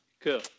cool